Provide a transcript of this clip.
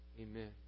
Amen